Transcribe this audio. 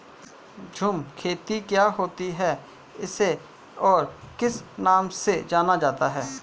झूम खेती क्या होती है इसे और किस नाम से जाना जाता है?